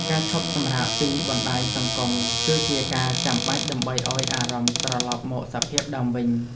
ការឈប់សម្រាកពីបណ្ដាញសង្គម គឺជាការចាំបាច់ដើម្បីឱ្យអារម្មណ៍ត្រលប់មកសភាពដើមវិញ។